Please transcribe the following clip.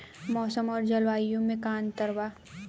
मौसम और जलवायु में का अंतर बा?